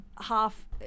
half